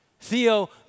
Theo